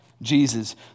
Jesus